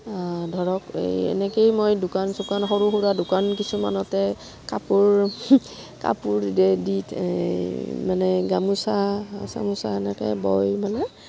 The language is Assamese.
ধৰক এই এনেকেই মই দোকান চোকান সৰু সুৰা দোকান কিছুমানতে কাপোৰ কাপোৰ দি এই মানে গামোচা চামোচা এনেকে বৈ মানে